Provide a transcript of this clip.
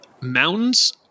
Mountains